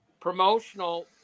promotional